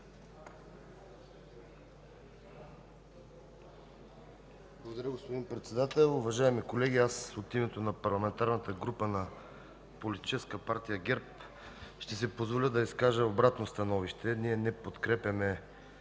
Благодаря, господин Председател. Уважаеми колеги, от името на Парламентарната група на Политическа партия ГЕРБ ще си позволя да изкажа обратно становище. Ние не подкрепяме